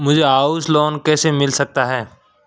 मुझे house loan कैसे मिल सकता है?